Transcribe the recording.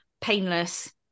painless